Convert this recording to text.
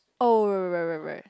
oh right right right right right